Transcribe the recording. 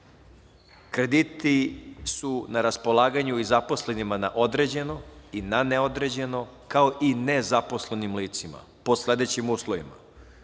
Krediti su na raspolaganju i zaposlenima na određeno i na neodređeno, kao i nezaposlenim licima po sledećim uslovima.